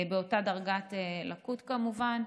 לאותה דרגת לקות, כמובן.